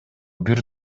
бир